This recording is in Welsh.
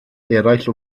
eraill